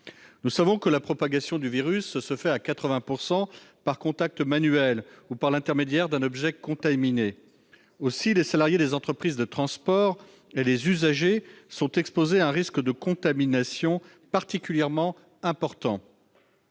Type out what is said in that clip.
Nous savons que la propagation du virus se fait à 80 % par contact manuel ou par l'intermédiaire d'un objet contaminé. Aussi les salariés des entreprises de transport et les usagers des transports sont-ils exposés à un risque de contamination particulièrement important.